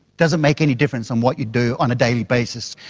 does it make any difference on what you do on a daily basis?